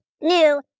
new